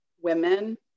women